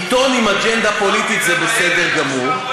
עיתון עם אג'נדה פוליטית זה בסדר גמור,